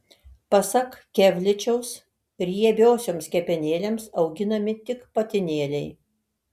pasak kevličiaus riebiosioms kepenėlėms auginami tik patinėliai